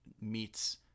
meets